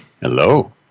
Hello